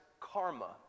karma